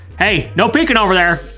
hey, no peeking over there.